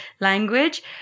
language